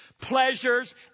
pleasures